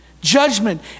Judgment